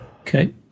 Okay